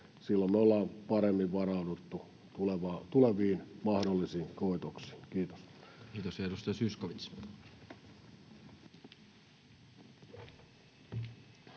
Silloin me ollaan paremmin varauduttu mahdollisiin tuleviin koitoksiin. — Kiitos. Kiitos. — Edustaja Zyskowicz.